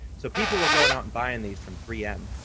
so people were going out and buying these from three m,